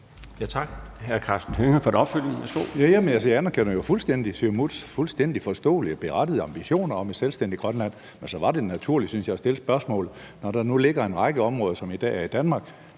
Værsgo. Kl. 21:29 Karsten Hønge (SF): Jamen jeg anerkender jo fuldstændig Siumuts fuldstændig forståelige og berettigede ambitioner om et selvstændigt Grønland, men det var naturligt, synes jeg, at stille spørgsmålet, når der nu ligger en række områder, som i dag hører under Danmark;